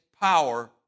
power